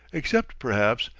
except, perhaps,